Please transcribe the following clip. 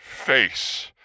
face